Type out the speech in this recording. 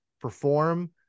perform